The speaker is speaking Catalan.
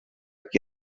qui